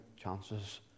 chances